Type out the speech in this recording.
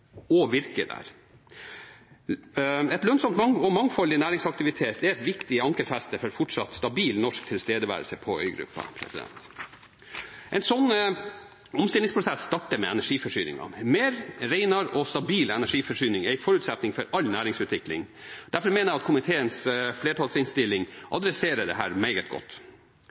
og mangfoldig næringsaktivitet er et viktig ankerfeste for en fortsatt stabil norsk tilstedeværelse på øygruppa. En slik omstillingsprosess starter med energiforsyningen. Mer, renere og stabil energiforsyning er en forutsetning for all næringsutvikling. Derfor mener jeg komiteens flertallsinnstilling adresserer dette meget godt. Det neste punkt i en slik satsing er et godt